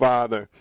Father